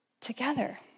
together